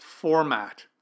format